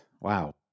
Wow